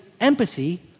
empathy